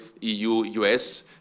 EU-US